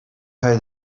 how